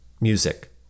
music